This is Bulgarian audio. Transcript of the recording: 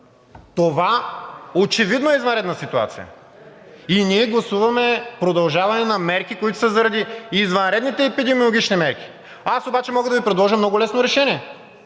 Това очевидно е извънредна ситуация и ние гласуваме продължаване на мерките, които са заради извънредните епидемиологични мерки. Аз обаче може да Ви предложа много лесно решение: